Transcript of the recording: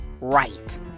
right